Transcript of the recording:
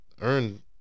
earned